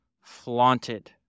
flaunted